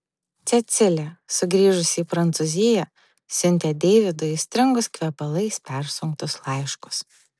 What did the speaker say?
cecilė sugrįžusi į prancūziją siuntė deividui aistringus kvepalais persunktus laiškus